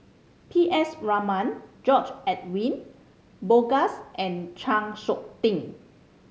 P S Raman George Edwin Bogaars and Chng Seok Tin